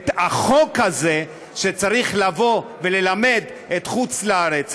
את החוק הזה צריך לבוא וללמד את חוץ-לארץ,